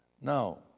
Now